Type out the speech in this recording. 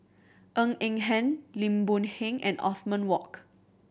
Ng Eng Hen Lim Boon Heng and Othman Wok